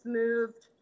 moved